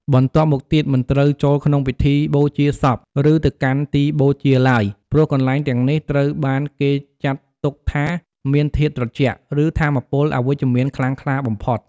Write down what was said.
បន្ទាប់មកទៀត មិនត្រូវចូលក្នុងពិធីបូជាសព ឬទៅកាន់ទីបូជាឡើយ ព្រោះកន្លែងទាំងនេះត្រូវបានគេចាត់ទុកថាមានធាតុត្រជាក់ ឬថាមពលអវិជ្ជមានខ្លាំងក្លាបំផុត។